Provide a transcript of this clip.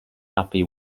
happy